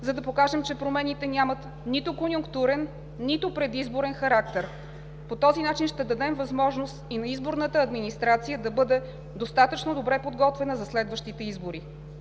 за да покажем, че промените нямат нито конюнктурен, нито предизборен характер. По този начин ще дадем възможност и на изборната администрация да бъде достатъчно добре подготвена за следващите избори.